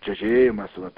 čežėjimas vat